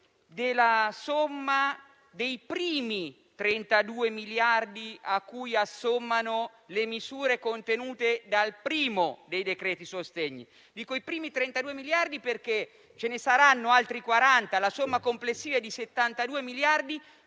della somma dei primi 32 miliardi cui assommano le misure contenute dal primo dei decreti sostegni. Dico i primi 32 miliardi perché ce ne saranno altri 40. La somma complessiva è di 72 miliardi,